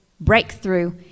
breakthrough